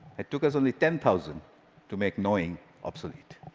it took us only ten thousand to make knowing obsolete.